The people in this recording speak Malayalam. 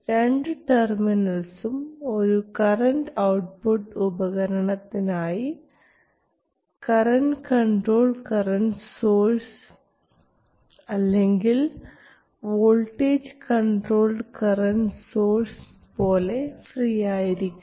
2 ടെർമിനൽസും ഒരു കറണ്ട് ഔട്ട്പുട്ട് ഉപകരണത്തിനായി കറൻറ് കൺട്രോൾഡ് കറൻറ് സോഴ്സ് അല്ലെങ്കിൽ വോൾട്ടേജ് കൺട്രോൾഡ് കറൻറ് സോഴ്സ് പോലെ ഫ്രീയായിയിരിക്കണം